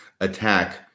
attack